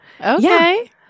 Okay